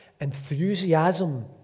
enthusiasm